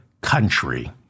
country